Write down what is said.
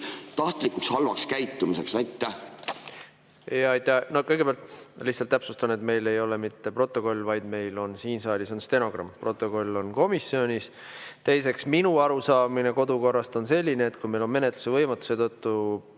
tahtlikuks halvaks käitumiseks. Kõigepealt täpsustan, et meil ei ole mitte protokoll, vaid meil siin saalis on stenogramm. Protokoll on komisjonis. Teiseks, minu arusaamine kodukorrast on selline, et kui meil on menetluse võimatuse tõttu